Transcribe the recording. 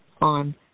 on